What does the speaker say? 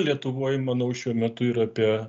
lietuvoj manau šiuo metu yra apie